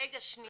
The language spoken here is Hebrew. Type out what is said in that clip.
רגע.